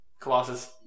Colossus